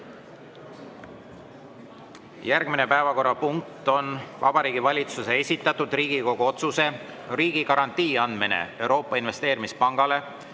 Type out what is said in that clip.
Järgmine päevakorrapunkt on Vabariigi Valitsuse esitatud Riigikogu otsuse "Riigigarantii andmine Euroopa Investeerimispangale